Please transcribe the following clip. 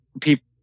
people